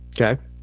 okay